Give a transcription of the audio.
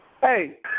Hey